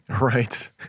Right